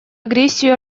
агрессию